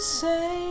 say